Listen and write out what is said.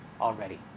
already